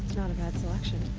not a bad selection.